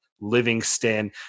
Livingston